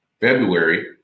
February